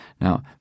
Now